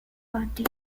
party